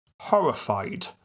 horrified